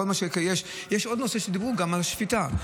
יש עוד נושא שדיברו עליו, השפיטה.